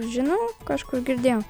žinau kažkur girdėjau